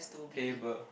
table